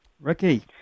Ricky